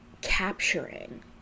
Capturing